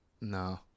No